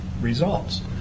results